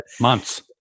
Months